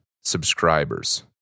subscribers